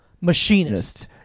Machinist